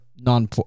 non